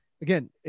again